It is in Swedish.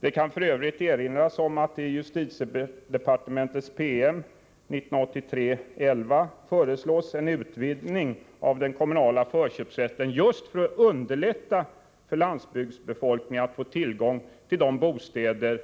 Det kan f. ö. erinras om att i justitiedepartementets PM 1983:11 föreslås en utvidgning av den kommunala förköpsrätten just för att underlätta för landsbygdsbefolkningen att få tillgång till bostäder